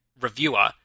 reviewer